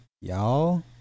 Y'all